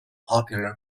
popular